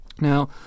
Now